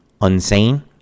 Unsane